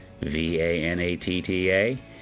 V-A-N-A-T-T-A